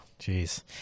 Jeez